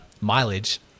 mileage